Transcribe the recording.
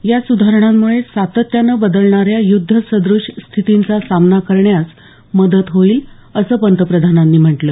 या सुधारणांमुळे सातत्यानं बदलणा या युद्धस्थिती सद्रष स्थितींचा सामना करण्यास मदत होईल असं पंतप्रधानांनी म्हटलं